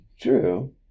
True